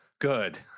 good